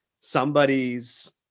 somebody's